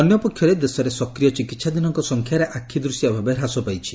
ଅନ୍ୟ ପକ୍ଷରେ ଦେଶରେ ସକ୍ରିୟ ଚିକିହାଧୀନଙ୍କ ସଂଖ୍ୟାରେ ଆଖିଦୃଶିଆ ଭାବେ ହ୍ରାସ ପାଇଛି